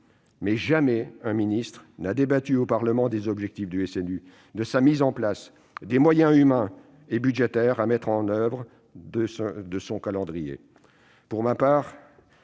Or jamais un ministre n'a débattu au Parlement des objectifs du SNU, de sa mise en place, des moyens humains et budgétaires à mettre en oeuvre, de son calendrier. Pour ma part,